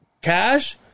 cash